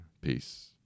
Peace